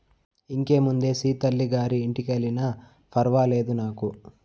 ఇంకేముందే సీతల్లి గారి ఇంటికెల్లినా ఫర్వాలేదు నాకు